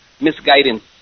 misguidance